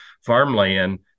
farmland